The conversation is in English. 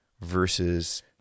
versus